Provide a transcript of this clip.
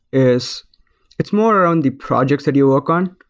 is it's more around the projects that you work on.